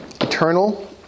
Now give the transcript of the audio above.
eternal